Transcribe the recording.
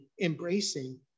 embracing